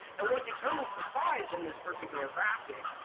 and what determines the size in this particular graphic,